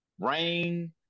rain